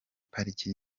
pariki